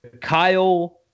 Kyle